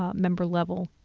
ah member level.